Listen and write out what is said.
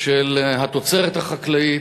של התוצרת החקלאית,